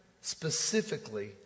specifically